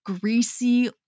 greasy